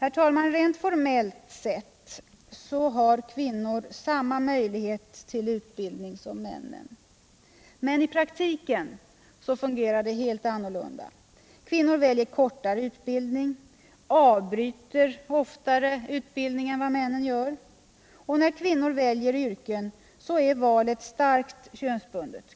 Rent formellt har kvinnor samma möjlighet till utbildning som män. Men i praktiken fungerar det helt annorlunda. Kvinnor väljer kortare utbildning, avbryter oftare utbildningen än män. När kvinnor väljer yrken så är valet starkt könsbundet.